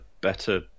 better